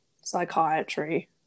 psychiatry